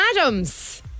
Adams